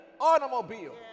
automobile